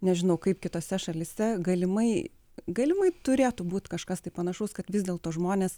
nežinau kaip kitose šalyse galimai galimai turėtų būt kažkas tai panašaus kad vis dėl to žmonės